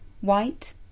White